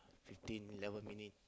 fifteen eleven minute